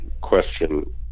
question